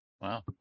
Wow